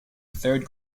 third